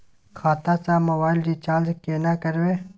खाता स mobile recharge केना करबे?